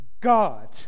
God